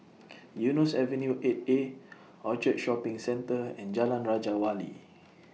Eunos Avenue eight A Orchard Shopping Centre and Jalan Raja Wali